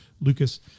Lucas